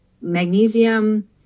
Magnesium